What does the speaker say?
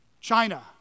China